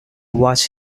watch